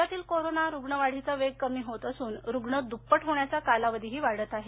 राज्यातील कोरोना रुग्ण वाढीचा वेग कमी होत असून रुग्ण दुप्पट होण्याचा कालावधीही वाढत आहे